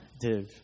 div